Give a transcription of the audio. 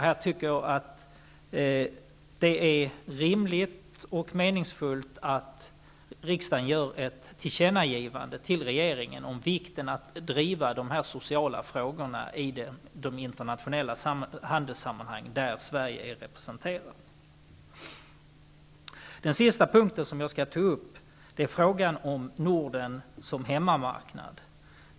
Jag tycker att det är rimligt och meningsfullt att riksdagen här gör ett tillkännagivande till regeringen om vikten av att driva de här sociala frågorna i de internationella handelssammanhang där Sverige är representerat. Den sista punkten som jag skall ta upp är frågan om Norden som hemmamarknad.